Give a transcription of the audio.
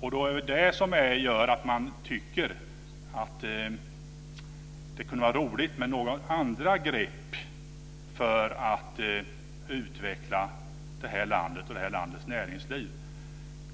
Det är detta som gör att man tycker att det kunde vara roligt med några andra grepp för att utveckla det här landet och dess näringsliv.